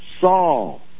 Saul